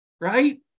Right